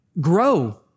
grow